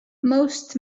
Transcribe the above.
most